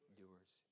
doers